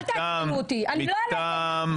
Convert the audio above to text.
אל תעצבנו אותי, אני לא עלה תאנה.